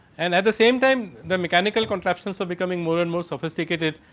and at the same time the mechanical contraptions of becoming more and more sophisticated.